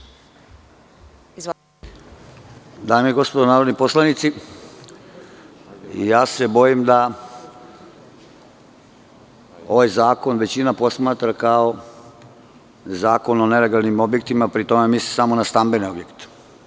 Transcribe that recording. Dame i gospodo narodni poslanici, ja se bojim da ovaj zakon većina posmatra kao zakon o nelegalnim objektima, a pri tome mislim samo na stambene objekte.